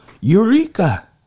Eureka